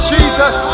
Jesus